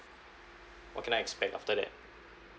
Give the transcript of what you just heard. what can I expect after that